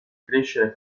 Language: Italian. crescere